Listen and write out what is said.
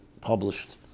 published